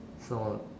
saw